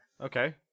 Okay